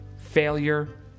failure